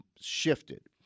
shifted